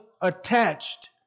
attached